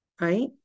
right